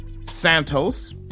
Santos